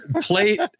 plate